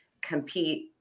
compete